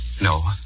No